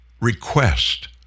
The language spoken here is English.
Request